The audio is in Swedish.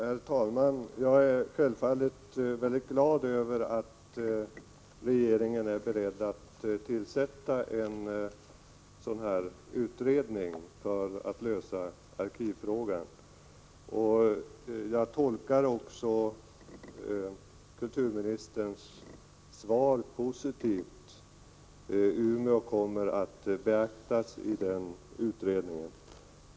Herr talman! Jag är självfallet glad över att regeringen är beredd att tillsätta en utredning för att lösa arkivfrågan. Jag tolkar också kulturministerns svar positivt. Umeå kommer att beaktas i den utredningen.